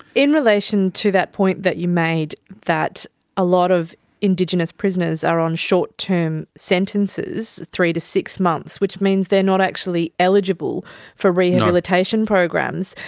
in relation to that point that you made that a lot of indigenous prisoners are on short-term sentences, three to six months, which means they are not actually eligible for rehabilitation programs,